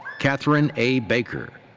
katherine a. baker.